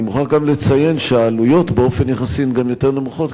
אני מוכרח גם לציין שהעלויות הן באופן יחסי יותר נמוכות,